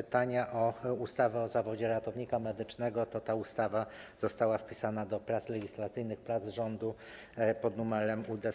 pytanie o ustawę o zawodzie ratownika medycznego, to ta ustawa została wpisana do prac legislacyjnych rządu pod numerem UD44.